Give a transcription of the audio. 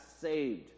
saved